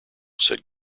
said